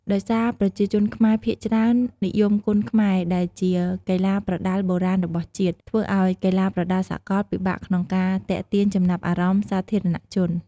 ដោយសារប្រជាជនខ្មែរភាគច្រើននិយមគុនខ្មែរដែលជាកីឡាប្រដាល់បុរាណរបស់ជាតិ ធ្វើឲ្យកីឡាប្រដាល់សកលពិបាកក្នុងការទាក់ទាញចំណាប់អារម្មណ៍សាធារណជន។